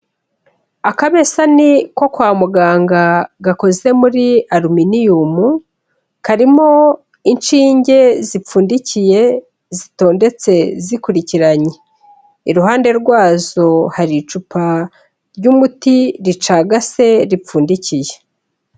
Akabesani ko kwa muganga gakoze muri aluminiyumu, karimo inshinge zipfundikiye zitondetse zikurikiranye, iruhande rwazo hari icupa ry'umuti ricagase ripfundikiye.